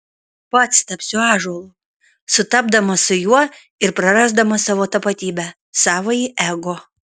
pats tapsiu ąžuolu sutapdamas su juo ir prarasdamas savo tapatybę savąjį ego